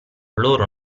loro